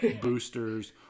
boosters